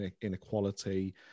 inequality